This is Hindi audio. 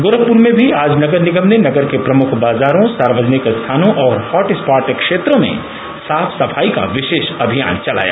गोरखपुर में भी आज नगर निगम ने नगर के प्रमुख बाजारों सार्वजनिक स्थानों और हॉटस्पॉट क्षेत्रों में साफ सफाई का विशेष अभियान चलाया